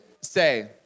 say